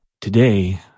today